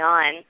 on